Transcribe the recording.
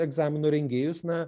egzaminų rengėjus na